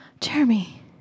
Jeremy